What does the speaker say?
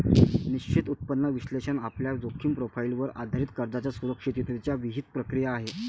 निश्चित उत्पन्न विश्लेषण आपल्या जोखीम प्रोफाइलवर आधारित कर्जाच्या सुरक्षिततेची विहित प्रक्रिया आहे